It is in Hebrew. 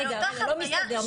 מסתדר,